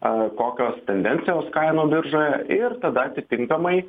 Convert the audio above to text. a kokios tendencijos kainų biržoje ir tada atitinkamai